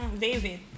david